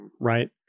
right